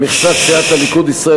ממכסת סיעת הליכוד,